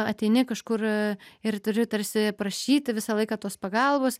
ateini kažkur ir turi tarsi prašyti visą laiką tos pagalbos